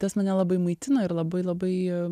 tas mane labai maitino ir labai labai